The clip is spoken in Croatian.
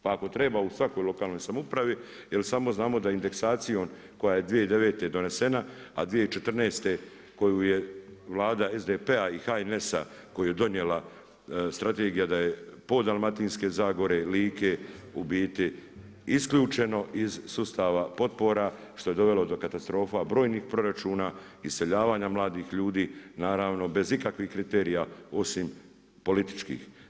Pa ako treba u svakoj lokalnoj samoupravi, jer samo znamo da indeksacijom koja je 2009. donesena, a 2014. koju je Vlada SDP-a i HNS-a koju je donijela strategija da je pol Dalmatinske zagore, Like u biti isključeno iz sustava potpora što je dovelo do katastrofa brojnih proračuna, iseljavanja mladih ljudi naravno bez ikakvih kriterija osim političkih.